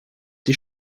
die